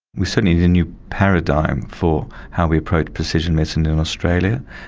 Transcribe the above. we certainly need a new paradigm for how we approach precision medicine in australia.